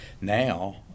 Now